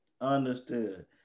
understood